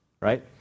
Right